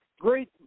great